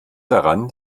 daran